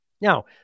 Now